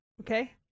okay